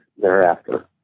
thereafter